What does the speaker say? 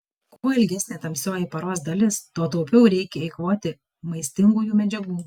kuo ilgesnė tamsioji paros dalis tuo taupiau reikia eikvoti maistingųjų medžiagų